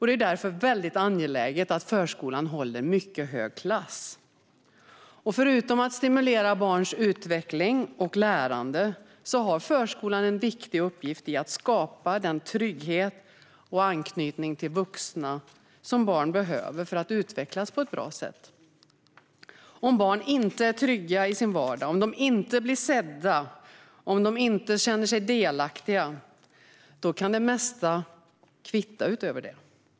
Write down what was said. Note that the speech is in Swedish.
Det är därför angeläget att förskolan håller mycket hög klass. Förutom att stimulera barns utveckling och lärande har förskolan en viktig uppgift i att skapa den trygghet och anknytning till vuxna som barn behöver för att utvecklas på ett bra sätt. Om barn inte är trygga i sin vardag, om de inte blir sedda och om de inte känner sig delaktiga kan det mesta utöver det kvitta.